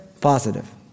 positive